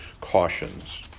cautions